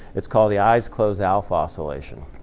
it's called the eyes closed alpha oscillation.